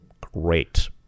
great